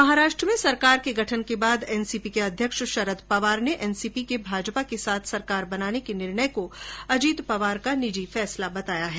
महाराष्ट्र में सरकार के गठन के बाद एनसीपी के अध्यक्ष शरद पंवार ने एनसीपी के भाजपा के साथ सरकार बनाने के निर्णय को अजीत पंवार का निजी फैसला बताया है